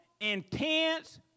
intense